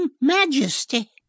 majesty